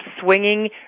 swinging